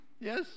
Yes